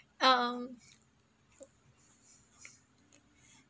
uh um